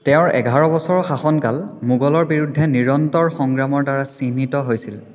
তেওঁৰ এঘাৰ বছৰৰ শাসনকাল মোগলৰ বিৰুদ্ধে নিৰন্তৰ সংগ্ৰামৰ দ্বাৰা চিহ্নিত হৈছিল